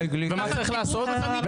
ומה צריך לעשות?